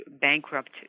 bankrupt